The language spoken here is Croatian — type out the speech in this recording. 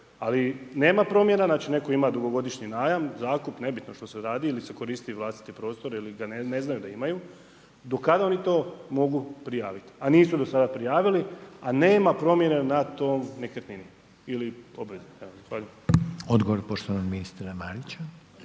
ali nema promjena, znači netko ima dugogodišnji najam. zakup, nebitno što se radi, ili se koristi vlastiti prostor ili ga ne znaju da imaju, do kada oni to mogu prijaviti a nisu do sada prijavili a ne ma promjene na toj nekretnini ili …/Govornik se